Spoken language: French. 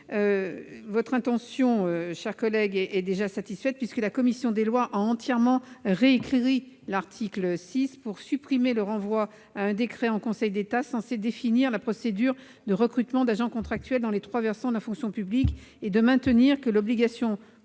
l'intention de nos collègues est satisfaite, puisque la commission des lois a entièrement réécrit l'article 6 pour supprimer le renvoi à un décret en Conseil d'État censé définir la procédure de recrutement d'agents contractuels dans les trois versants de la fonction publique et ne maintenir que l'obligation, pour